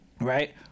right